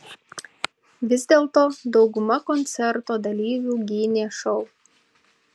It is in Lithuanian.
vis dėlto dauguma koncerto dalyvių gynė šou